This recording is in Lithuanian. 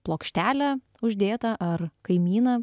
plokštelę uždėtą ar kaimyną